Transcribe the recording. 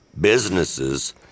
businesses